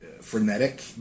frenetic